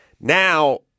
Now –